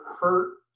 hurt